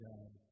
God